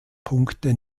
punkte